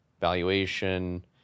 valuation